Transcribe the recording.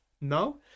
No